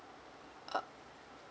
uh